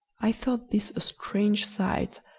i thought this a strange sight,